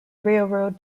railroad